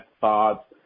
thoughts